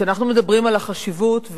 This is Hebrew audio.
וכשאנחנו מדברים על החשיבות,